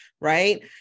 right